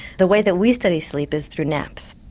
the way that we study sleep is through naps.